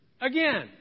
Again